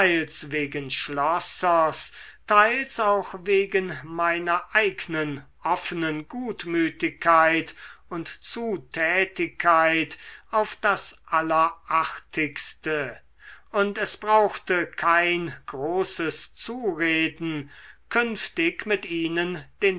wegen schlossers teils auch wegen meiner eignen offenen gutmütigkeit und zutätigkeit auf das allerartigste und es brauchte kein großes zureden künftig mit ihnen den